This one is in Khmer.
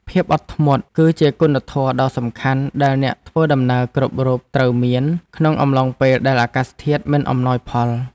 ភាពអត់ធ្មត់ គឺជាគុណធម៌ដ៏សំខាន់ដែលអ្នកធ្វើដំណើរគ្រប់រូបត្រូវមានក្នុងអំឡុងពេលដែលអាកាសធាតុមិនអំណោយផល។